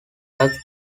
such